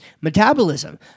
Metabolism